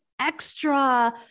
extra